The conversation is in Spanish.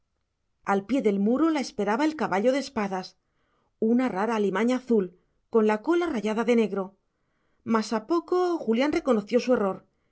al pie del muro la esperaba el caballo de espadas una rara alimaña azul con la cola rayada de negro mas a poco julián reconoció su error